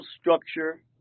structure